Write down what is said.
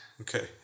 okay